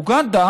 אוגנדה